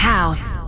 House